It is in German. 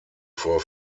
vor